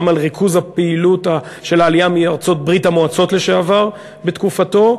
גם על ריכוז הפעילות של העלייה מארצות ברית-המועצות לשעבר בתקופתו,